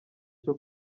cyo